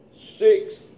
Six